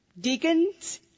Deacons